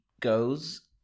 goes